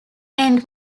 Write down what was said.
end